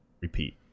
repeat